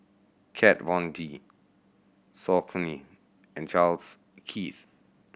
Kat Von D Saucony and Charles Keith